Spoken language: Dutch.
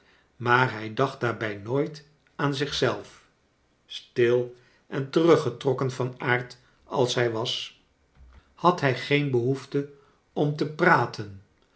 maar hij dacht daarbij nooit aan zich zelf stil en teruggetrokken van aard als hij was had hij geen behoefte om te praten